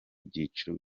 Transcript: byiciro